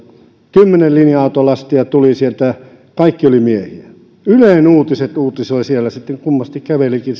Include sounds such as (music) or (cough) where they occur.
kymmenen linja autolastia tuli sieltä kaikki olivat miehiä ylen uutiset uutisoi siellä sitten kun kummasti kävelikin (unintelligible)